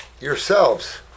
yourselves